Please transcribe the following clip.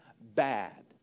bad